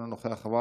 אינה נוכחת,